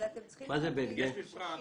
את המפרט.